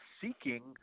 seeking